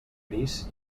gris